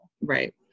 Right